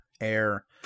air